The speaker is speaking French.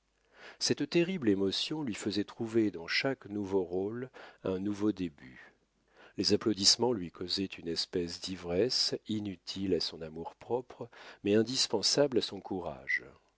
cette terrible émotion lui faisait trouver dans chaque nouveau rôle un nouveau début les applaudissements lui causaient une espèce d'ivresse inutile à son amour-propre mais indispensable à son courage